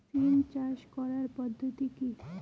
সিম চাষ করার পদ্ধতি কী?